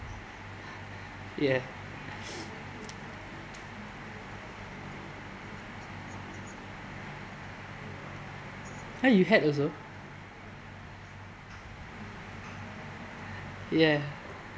yeah ah you had also yeah